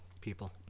people